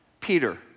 Peter